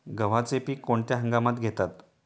गव्हाचे पीक कोणत्या हंगामात घेतात?